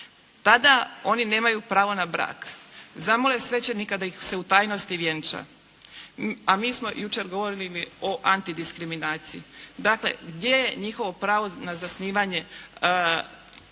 tada oni nemaju pravo na brak. Zamole svećenika da ih se u tajnosti vjenča. A mi smo jučer govorili o antidiskriminaciji. Dakle, gdje je njihovo pravo na zasnivanje